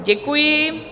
Děkuji.